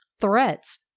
threats